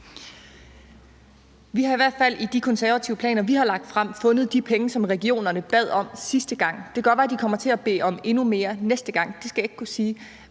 Vi har i hvert fald i de konservative planer, vi har lagt frem, fundet de penge, som regionerne bad om sidste gang. Det kan godt være, de kommer til at bede om endnu mere næste gang; det skal jeg ikke kunne sige.